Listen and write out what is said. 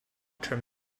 term